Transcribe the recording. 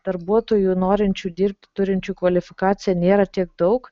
darbuotojų norinčių dirbti turinčių kvalifikaciją nėra tiek daug